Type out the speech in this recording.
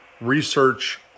research